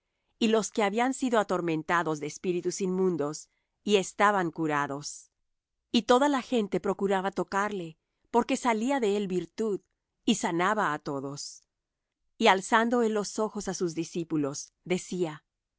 y los que habían sido atormentados de espíritus inmundos y estaban curados y toda la gente procuraba tocarle porque salía de él virtud y sanaba á todos y alzando él los ojos á sus discípulos decía